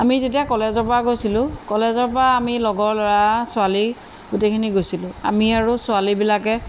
আমি তেতিয়া কলেজৰ পৰা গৈছিলোঁ কলেজৰ পৰা আমি লগৰ ল'ৰা ছোৱালী গোটেইখিনি গৈছিলোঁ আমি আৰু ছোৱালীবিলাকে